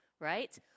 right